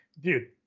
dude